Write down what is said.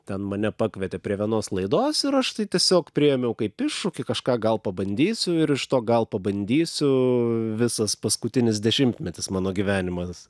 ten mane pakvietė prie vienos laidos ir aš tai tiesiog priėmiau kaip iššūkį kažką gal pabandysiu ir iš to gal pabandysiu visas paskutinis dešimtmetis mano gyvenimas